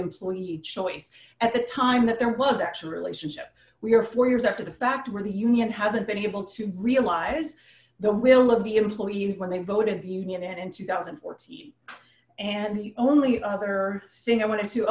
employee choice at the time that there was actual relationship we are four years after the fact where the union hasn't been able to realize the will of the employee when they voted bunion in two thousand and fourteen and the only other thing i want to